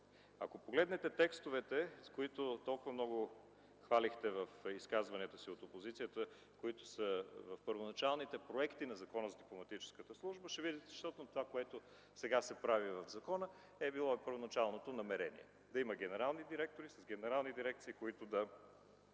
Ако погледнете текстовете, които толкова много хвалихте в изказванията си от опозицията, които са в първоначалните проекти на Закона за дипломатическата служба, ще видите точно това, което сега се прави в закона. Това е било и първоначалното намерение – да има генерални директори с генерални дирекции, в които да